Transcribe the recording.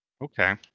Okay